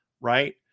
right